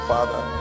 father